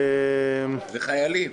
זה חיילים.